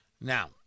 now